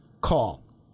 call